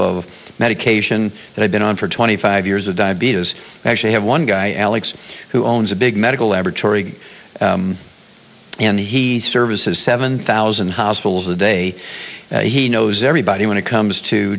of medication that i've been on for twenty five years of diabetes i actually have one guy alex who owns a big medical advertorial and he services seven thousand hospitals a day he knows everybody when it comes to